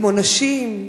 כמו נשים,